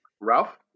Ralph